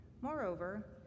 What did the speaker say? Moreover